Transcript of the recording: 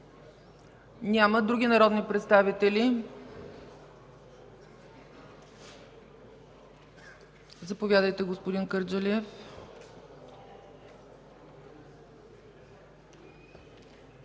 Няма. Други народни представители? Заповядайте, господин Кърджалиев.